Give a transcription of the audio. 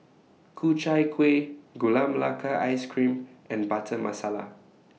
Ku Chai Kuih Gula Melaka Ice Cream and Butter Masala